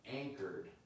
anchored